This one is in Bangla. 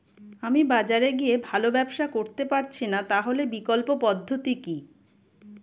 আমি বাজারে গিয়ে ভালো ব্যবসা করতে পারছি না তাহলে বিকল্প পদ্ধতি কি?